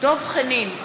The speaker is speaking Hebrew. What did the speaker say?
דב חנין,